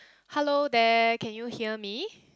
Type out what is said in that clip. hello there can you hear me